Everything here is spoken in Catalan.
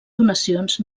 donacions